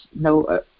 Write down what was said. no